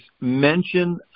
mention